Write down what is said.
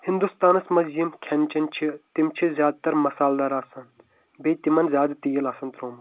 ہندوستانس منٛز یِم کھٮ۪ن چٮ۪ن چھِ تِم چھِ زیادٕ تر مصالہٕ دار آسان بیٚیہِ تِمن زیادٕ تیٖل آسان تروومُت